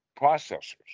processors